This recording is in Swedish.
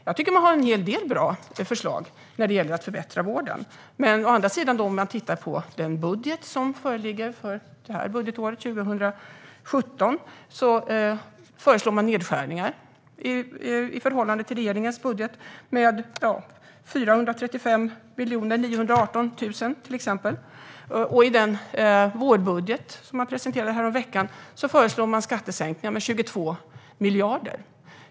Jag tycker att de har en hel del bra förslag för att förbättra vården. Men om man tittar på den budgetmotion som föreligger för budgetåret 2017 föreslås till exempel nedskärningar på 435 918 000 kronor i förhållande till regeringens budget. I den vårbudgetmotion som presenterades häromveckan föreslår Moderaterna skattesänkningar på 22 miljarder.